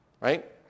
right